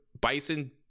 Bison